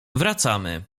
wracamy